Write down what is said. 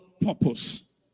purpose